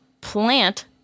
plant